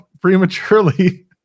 prematurely